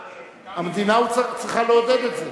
המדינה צריכה לעודד את זה.